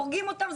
הורגים אותם,